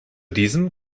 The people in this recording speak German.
diesem